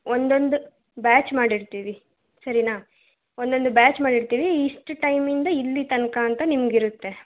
ಒಂದೊಂದು ಬ್ಯಾಚ್ ಮಾಡಿರ್ತೀವಿ ಸರಿಯಾ ಒಂದೊಂದು ಬ್ಯಾಚ್ ಮಾಡಿರ್ತೀವಿ ಇಷ್ಟು ಟೈಮಿಂದ ಇಲ್ಲಿ ತನಕ ಅಂತ ನಿಮ್ಗೆ ಇರುತ್ತೆ